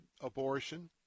abortion